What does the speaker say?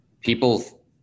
people